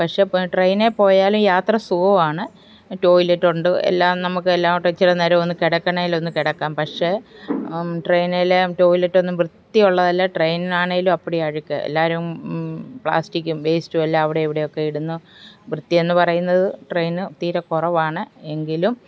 പക്ഷേ ട്രെയിനിൽ പോയാൽ യാത്ര സുഖമാണ് ടോയ്ലെറ്റുണ്ട് എല്ലാം നമുക്ക് എല്ലാം ഒട്ടൊച്ചിരി നേരം ഒന്ന് കിടക്കണതിലൊന്നു കിടക്കാം പക്ഷേ ട്രെയിനേലെ ടോയ്ലെറ്റൊന്നും വൃത്തിയുള്ളതല്ല ട്രെയിനാണെങ്കിലും അപ്പിടി അഴുക്ക് എല്ലാവരും പ്ലാസ്റ്റിക്കും വേസ്റ്റും എല്ലാം അവിടെ ഇവിടെയൊക്കെ ഇടുന്നു വൃത്തിയെന്നു പറയുന്നത് ട്രെയിൻ തീരെ കുറവാണ് എങ്കിലും